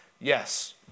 Yes